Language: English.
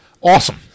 Awesome